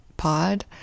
pod